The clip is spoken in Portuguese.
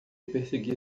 perseguir